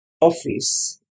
office